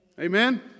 Amen